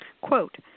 quote